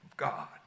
God